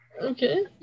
Okay